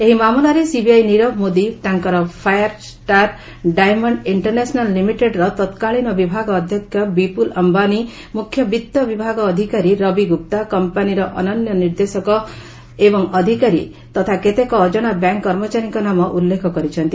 ଏହି ମାମଲାରେ ସିବିଆଇ ନିରବ ମୋଦି ତାଙ୍କର ଫାୟାର୍ ଷ୍ଟାର୍ ଡାଏମଣ୍ଡ ଇଷ୍ଟର୍ନ୍ୟାସନାଲ୍ ଲିମିଟେଡ୍ର ତକ୍କାଳୀନବିଭାଗ ଅଧ୍ୟକ୍ଷ ବିପ୍ରଲ୍ ଅମ୍ଭାନି ମ୍ରଖ୍ୟ ବିତ୍ତ ବିଭାଗ ଅଧିକାରୀ ରବି ଗୁପ୍ତା କମ୍ପାନୀର ଅନ୍ୟାନ୍ୟ ନିର୍ଦ୍ଦେଶକ ଏବଂ ଅଧିକାରୀ ତଥା କେତେକ ଅଜଣା ବ୍ୟାଙ୍କ୍ କର୍ମଚାରୀଙ୍କ ନାମ ଉଲ୍ଲେଖ କରିଛନ୍ତି